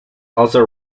also